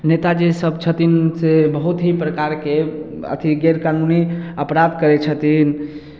नेता जी सब छथिन से बहुत ही परकारके अथी गैरकानूनी अपराध करै छथिन